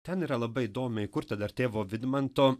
ten yra labai įdomiai įkurta dar tėvo vidmanto